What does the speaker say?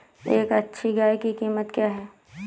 एक अच्छी गाय की कीमत क्या है?